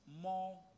more